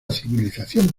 civilización